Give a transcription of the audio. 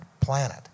planet